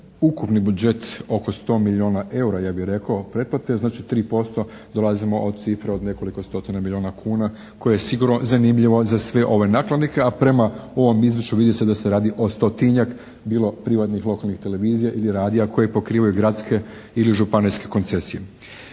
ukupni budžet oko 100 milijuna eura, ja bi rekao, pretplate. Znači, 3% dolazimo do cifre od nekoliko stotina milijuna kuna koje je sigurno zanimljivo za sve ove nakladnike, a prema ovom izvješću vidi se da se radi o stotinjak, bilo privatnih lokalnih televizija ili radija koji pokrivaju gradske ili županijske koncesije.